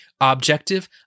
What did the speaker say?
Objective